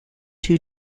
two